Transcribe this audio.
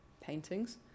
paintings